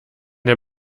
der